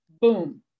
boom